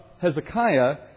Hezekiah